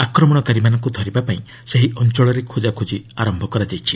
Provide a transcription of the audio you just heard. ଆକ୍ରମଣକାରୀମାନଙ୍କୁ ଧରିବା ପାଇଁ ସେହି ଅଞ୍ଚଳରେ ଖୋଜାଖୋଜି ଆରମ୍ଭ ହୋଇଛି